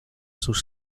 sus